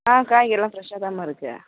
ஆ காய்கறிலாம் ஃப்ரெஷ்ஷாக தான்ம்மா இருக்குது